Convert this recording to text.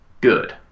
good